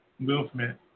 movement